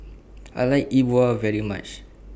I like E Bua very much